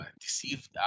deceived